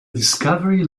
discovery